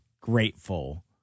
grateful